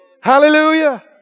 Hallelujah